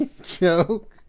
joke